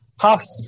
half